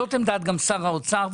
זאת גם עמדת שר האוצר,